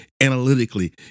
analytically